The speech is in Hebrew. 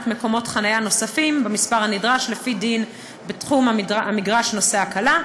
מקומות חניה נוספים במספר הנדרש לפי דין בתחום המגרש נושא ההקלה,